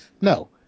No